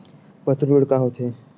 पशु ऋण का होथे?